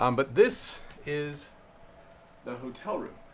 um but this is the hotel room.